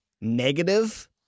negative